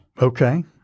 Okay